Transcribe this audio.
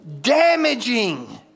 damaging